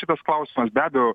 šitas klausimas be abejo